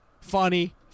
Funny